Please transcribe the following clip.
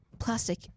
plastic